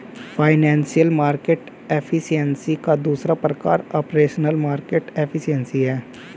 financial market efficiency का दूसरा प्रकार ऑपरेशनल मार्केट एफिशिएंसी है